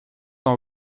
dans